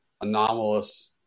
anomalous